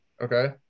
Okay